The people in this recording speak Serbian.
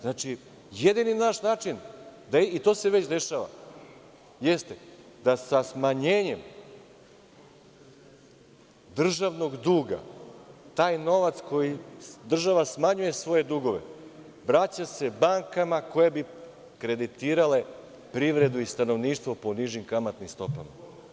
Znači, jedini naš način, i to se već dešava, jeste da sa smanjenjem državnog duga taj novac kojim država smanjuje svoje dugove vraća se bankama koje bi kreditirale privredu i stanovništvo po nižim kamatnim stopama.